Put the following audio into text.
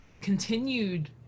continued